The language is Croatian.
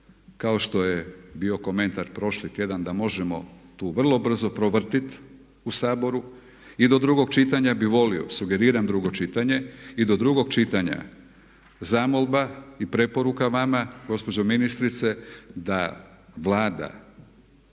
kao što je bio komentar prošli tjedan da možemo tu vrlo brzo provrtjeti u Saboru i do drugog čitanja bih volio, sugeriram drugo čitanje, i do drugog čitanja zamolba i preporuka vama gospođo ministrice da Vlada